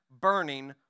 burning